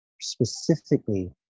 specifically